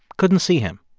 couldn't see him.